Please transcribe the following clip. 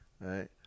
Right